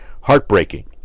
heartbreaking